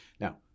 Now